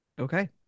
Okay